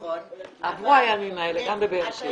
עברו הימים האלה גם בבאר שבע.